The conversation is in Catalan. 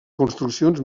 construccions